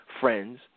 friends